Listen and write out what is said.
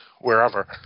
wherever